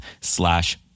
slash